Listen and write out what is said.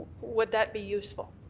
would that be useful?